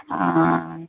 ആ